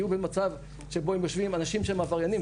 ויהיו במצב שבו הם יושבים עם אנשים שהם עבריינים,